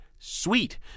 Sweet